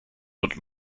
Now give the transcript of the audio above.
but